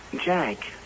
Jack